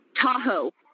Tahoe